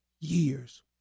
years